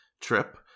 trip